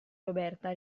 roberta